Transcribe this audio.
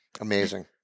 Amazing